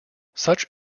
such